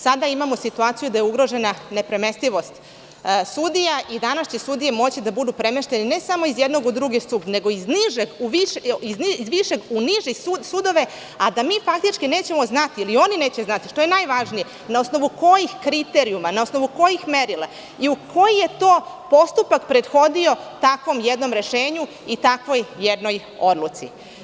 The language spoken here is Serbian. Sada imamo situaciju da je ugrožena nepremestivost sudija i danas će sudije moći da budu premeštene ne samo iz jednog u drugi sud, nego iz višeg u niži sud, a da mi faktički nećemo znati ili oni neće znati, što je još važnije, na osnovu kojih kriterijuma, na osnovu kojih merila i koji je postupak prethodio takvom jednom rešenju i takvoj jednoj odluci.